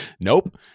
Nope